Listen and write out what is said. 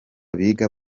biga